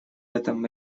этом